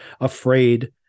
afraid